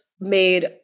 made